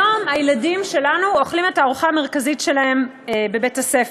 היום הילדים שלנו אוכלים את הארוחה המרכזית שלהם בבית-הספר.